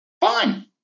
Fine